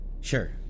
Sure